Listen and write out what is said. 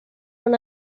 when